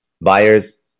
Buyers